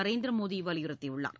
நாந்திர மோடி வலியுறுத்தியுள்ளார்